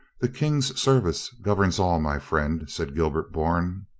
the king's service governs all, my friend, said gilbert bourne.